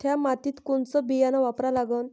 थ्या मातीत कोनचं बियानं वापरा लागन?